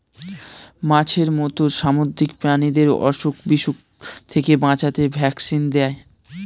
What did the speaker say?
মাছের মত সামুদ্রিক প্রাণীদের অসুখ বিসুখ থেকে বাঁচাতে ভ্যাকসিন দেয়